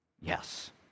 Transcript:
Yes